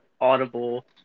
Audible